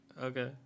Okay